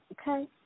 okay